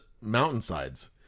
mountainsides